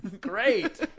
Great